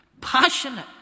Passionate